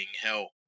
hell